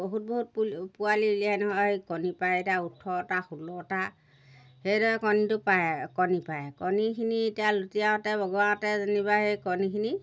বহুত বহুত পু পোৱালি উলিয়াই নহয় সেই কণী পাৰে এতিয়া ওঠৰটা ষোল্লটা সেইদৰে কণীটো পাৰে কণী পাৰে কণীখিনি এতিয়া লুটিয়াওঁতে বগৰাওঁতে যেনিবা সেই কণীখিনি